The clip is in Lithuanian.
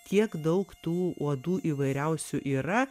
tiek daug tų uodų įvairiausių yra